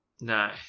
No